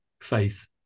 faith